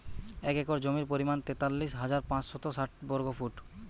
এক একর জমির পরিমাণ তেতাল্লিশ হাজার পাঁচশত ষাট বর্গফুট